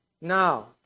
Now